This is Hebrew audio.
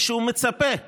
ושהוא מצפה מהממשלה,